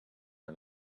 are